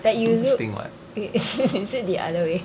no such thing [what]